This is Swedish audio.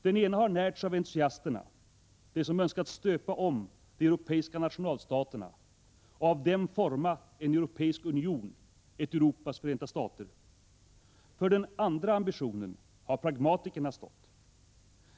Den ena har närts av entusiasterna — de som önskat stöpa om de europeiska nationalstaterna och av dem forma en europeisk union, ett Europas förenta stater. För den andra ambitionen har pragmatikerna stått.